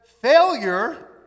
failure